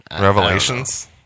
Revelations